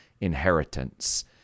inheritance